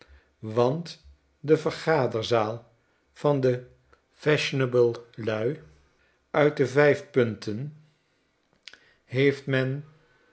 want de vergaderzaal van de fashionabele luiuit de vijf punten heeft men